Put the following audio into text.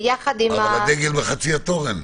אבל הדגל בחצי התורן.